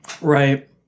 Right